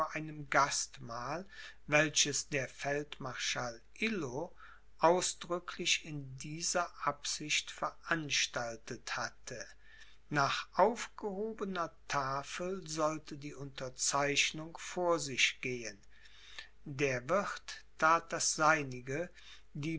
einem gastmahl welches der feldmarschall illo ausdrücklich in dieser absicht veranstaltet hatte nach aufgehobener tafel sollte die unterzeichnung vor sich gehen der wirth that das seinige